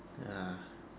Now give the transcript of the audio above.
ya